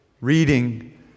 reading